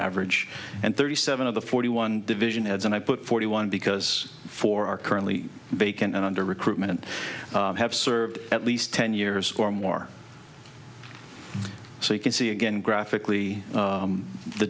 average and thirty seven of the forty one division heads and i put forty one because four are currently bacon and under recruitment have served at least ten years or more so you can see again graphically